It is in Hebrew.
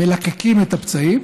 מלקקים את הפצעים.